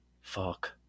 Fuck